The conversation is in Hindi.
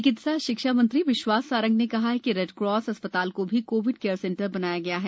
चिकित्सा शिक्षा मंत्री विश्वास सारंग ने कहा कि रेडक्रास अस् ताल को भी कोविड केयर सेंटर बनाया गया है